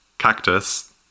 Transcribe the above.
cactus